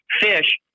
fish